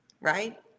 right